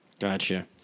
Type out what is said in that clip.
Gotcha